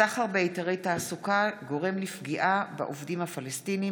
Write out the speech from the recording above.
הסחר בהיתרי תעסוקה גורם לפגיעה בעובדים הפלסטינים.